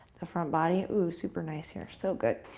the front body. super nice here, so good.